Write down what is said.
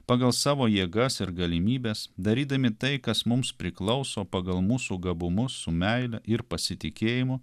pagal savo jėgas ir galimybes darydami tai kas mums priklauso pagal mūsų gabumus su meile ir pasitikėjimu